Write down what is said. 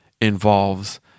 involves